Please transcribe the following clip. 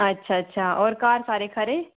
अच्छा अच्छा होर घर सारे खरे